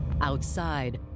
Outside